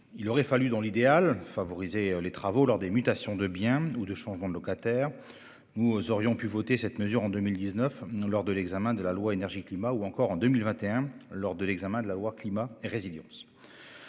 Il aurait fallu dans l'idéal favoriser les travaux lors des mutations des biens ou des changements de locataires. Nous aurions pu voter cette mesure en 2019, lors de l'examen de la loi Énergie-climat, ou encore en 2021, lors de l'examen de la loi Climat et résilience.